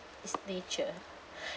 it's nature